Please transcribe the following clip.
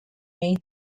may